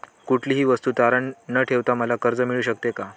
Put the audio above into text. कुठलीही वस्तू तारण न ठेवता मला कर्ज मिळू शकते का?